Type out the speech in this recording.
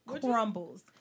crumbles